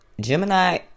Gemini